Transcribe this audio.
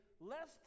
lest